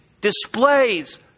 displays